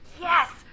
yes